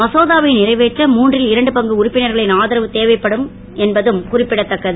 மசோதாவை நிறைவேற்ற மூன்றில் இரண்டு பங்கு உறுப்பினர்களின் ஆதரவு தேவைப்படுவதும் குறிப்பிடத்தக்கது